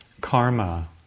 karma